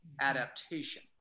Adaptation